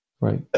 Right